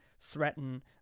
threaten